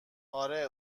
آره